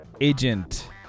agent